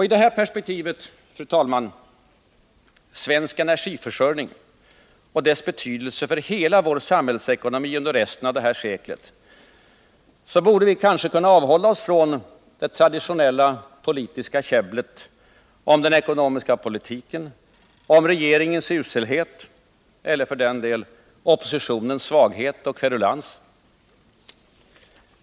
I detta perspektiv, fru talman — svensk energiförsörjning och dess betydelse för hela vår samhällsekonomi under resten av detta sekel — borde vi kunna avhålla oss från det traditionella politiska käbblet om den ekonomiska politiken, om regeringens uselhet eller, för den delen, oppositionens svaghet och kverulans.